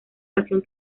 pasión